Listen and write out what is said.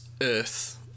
Earth